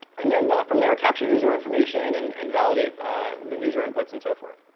and then from there, capture user information and and validate the user inputs and so forth.